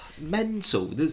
Mental